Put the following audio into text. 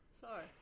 sorry